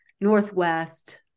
northwest